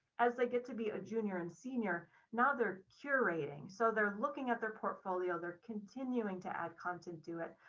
as they get to be a junior and senior now they're curating so they're looking at their portfolio, they're continuing to add content to it.